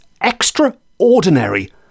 extraordinary